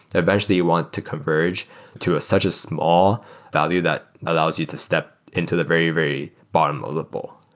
eventually, you want to converge to such a small value that allows you to step into the very, very bottom of the bowl.